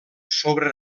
sobre